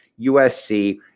USC